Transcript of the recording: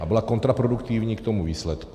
A byla kontraproduktivní k tomu výsledku.